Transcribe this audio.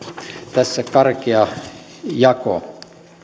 tässä karkea jako